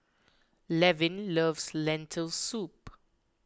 Levin loves Lentil Soup